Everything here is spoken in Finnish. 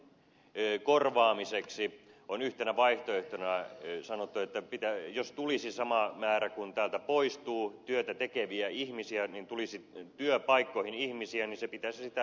sen korvaamiseksi on yhtenä vaihtoehtona sanottu että jos tulisi työpaikkoihin sama määrä kuin täältä poistuu työtä tekeviä ihmisiä se pitäisi sitä normaalikasvua yllä